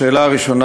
לשאלה הראשונה,